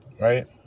Right